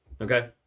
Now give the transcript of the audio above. okay